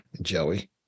Joey